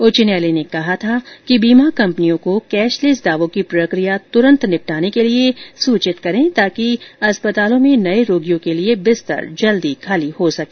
उच्च न्यायालय ने कहा था कि बीमा कंपनियों को कैशलेस दावों की प्रक्रिया त्रंत निपटाने के लिए सूचित करें ताकि अस्पतालों में नये रोगियों के लिए बिस्तर जल्दी खाली हो सके